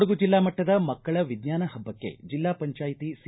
ಕೊಡಗು ಜಿಲ್ಲಾ ಮಟ್ಟದ ಮಕ್ಕಳ ವಿಜ್ವಾನ ಹಬ್ಬಕ್ಕೆ ಜಿಲ್ಲಾ ಪಂಚಾಯ್ತಿ ಸಿ